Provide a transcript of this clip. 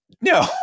No